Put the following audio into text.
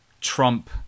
trump